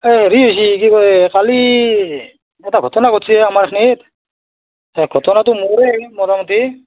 এ হেৰি হৈছে কি কয় কালি এটা ঘটনা ঘটিছে এ আমাৰ এইখিনিত এ ঘটনাটো মোৰেই মোটামোটি